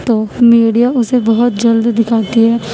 تو میڈیا اسے بہت جلد دکھاتی ہے